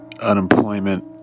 unemployment